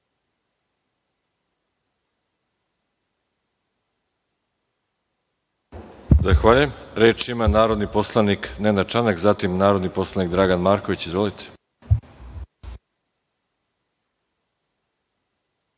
Zahvaljujem. Reč ima narodni poslanik Nenad Čanak, a zatim narodni poslanik Dragan Marković. Izvolite.